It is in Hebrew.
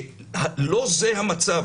לא זה המצב.